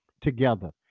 together